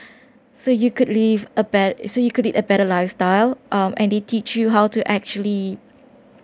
so you could live a bet~ so you could lead a better lifestyle um and they teach you how to actually